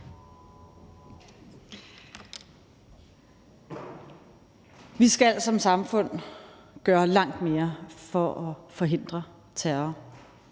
Vi skal som samfund gøre langt mere for at forhindre terror.